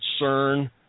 CERN